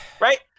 Right